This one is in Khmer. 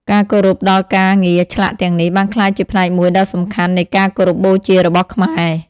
ការគោរពដល់ការងារឆ្លាក់ទាំងនេះបានក្លាយជាផ្នែកមួយដ៏សំខាន់នៃការគោរពបូជារបស់ខ្មែរ។